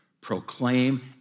proclaim